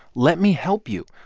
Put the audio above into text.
let me help you.